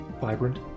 Vibrant